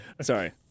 Sorry